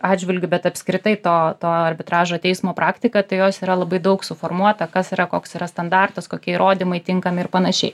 atžvilgiu bet apskritai to to arbitražo teismo praktiką tai jos yra labai daug suformuota kas yra koks yra standartas kokie įrodymai tinkami ir panašiai